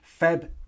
feb